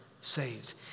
saved